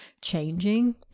changing